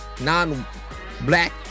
non-black